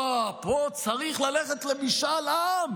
הא, פה צריך ללכת למשאל עם,